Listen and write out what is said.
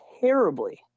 Terribly